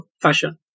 fashion